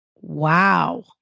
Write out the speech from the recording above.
Wow